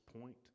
point